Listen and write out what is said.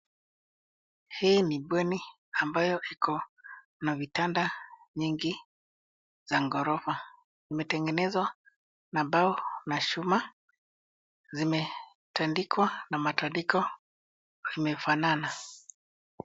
Hii ni bweni ambayo iko na vitanda nyingi za ghorofa. Imetengenezwa na mbao na chuma, zimetandikwa na matandiko zimefanana.